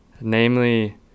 namely